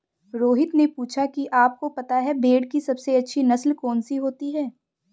रोहित ने पूछा कि आप को पता है भेड़ की सबसे अच्छी नस्ल कौन सी होती है?